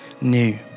new